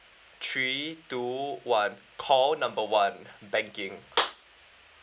three two one call number one banking